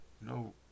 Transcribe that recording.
no